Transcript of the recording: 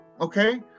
Okay